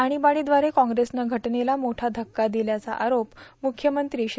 आणीबाणीबारे कॉंप्रेसनं घटनेला मोठा धक्का दिल्याचा आरोप मुख्यमंत्री श्री